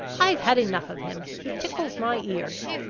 i've had enough of him he tickles my ears.